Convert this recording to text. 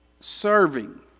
serving